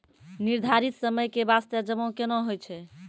निर्धारित समय के बास्ते जमा केना होय छै?